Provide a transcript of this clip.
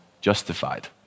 justified